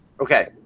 okay